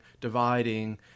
dividing